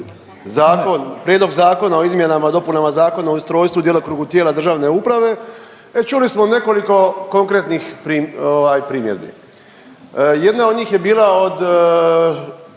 zakon, Prijedlog Zakona o izmjenama i dopunama Zakona o ustrojstvu i djelokrugu tijela državne uprave čuli smo nekoliko konkretnih prim… ovaj primjedbi. Jedna od njih je bila od